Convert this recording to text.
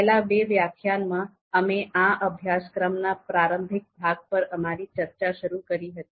પહેલા બે વ્યાખ્યાનમાં અમે આ અભ્યાસક્રમ ના પ્રારંભિક ભાગ પર અમારી ચર્ચા શરુ કરી હતી